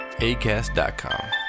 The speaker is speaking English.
ACAST.COM